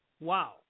Wow